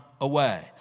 away